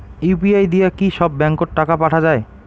UPI দিয়া কি সব ব্যাংক ওত টাকা পাঠা যায়?